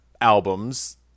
albums